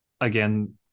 again